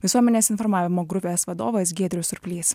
visuomenės informavimo grupės vadovas giedrius surplys